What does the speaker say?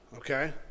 okay